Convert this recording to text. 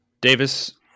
Davis